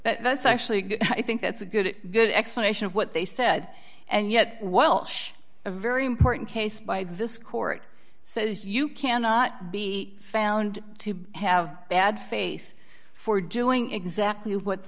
but that's actually i think that's a good good explanation of what they said and yet while a very important case by this court says you cannot be found to have bad faith for doing exactly what